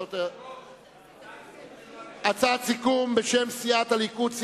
הצעת סיכום בשם סיעות הליכוד,